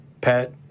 pet